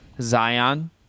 Zion